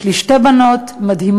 יש לי שתי בנות מדהימות,